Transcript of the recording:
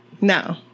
No